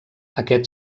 aquest